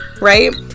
right